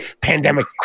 pandemic